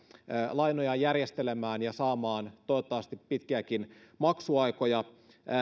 lainojaan järjestelemään ja saamaan toivottavasti pitkiäkin maksuaikoja